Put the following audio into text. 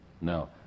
No